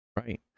right